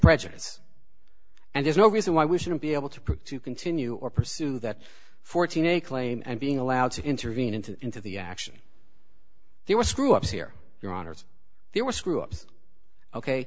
prejudice and there's no reason why we shouldn't be able to prove to continue or pursue that fourteen a claim and being allowed to intervene into into the action there were screw ups here your honor there were screw ups ok